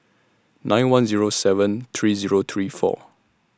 nine one Zero seven three Zero three four